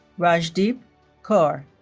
rajdeep kaur